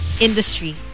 industry